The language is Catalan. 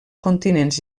continents